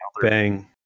bang